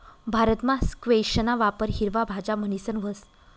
भारतमा स्क्वैशना वापर हिरवा भाज्या म्हणीसन व्हस